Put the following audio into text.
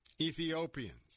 Ethiopians